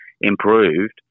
improved